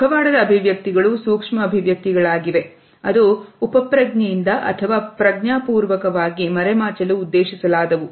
ಮುಖವಾಡದ ಅಭಿವ್ಯಕ್ತಿಗಳು ಸೂಕ್ಷ್ಮ ಅಭಿವ್ಯಕ್ತಿಗಳಾಗಿವೆ ಅದು ಉಪಪ್ರಜ್ಞೆ ಇಂದ ಅಥವಾ ಪ್ರಜ್ಞಾಪೂರ್ವಕವಾಗಿ ಮರೆಮಾಚಲು ಉದ್ದೇಶಿಸಲಾದವು